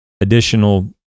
additional